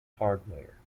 hardware